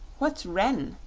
what's ren?